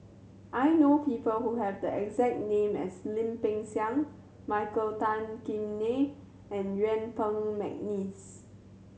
I know people who have the exact name as Lim Peng Siang Michael Tan Kim Nei and Yuen Peng McNeice